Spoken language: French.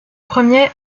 premier